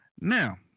Now